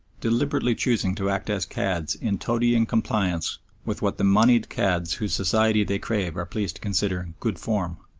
deliberately choosing to act as cads in toadying compliance with what the monied cads whose society they crave are pleased to consider good form.